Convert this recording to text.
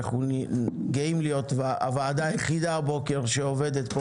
אנחנו גאים להיות הוועדה היחידה הבוקר שעובדת פה